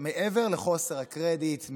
מעבר לחוסר הקרדיט,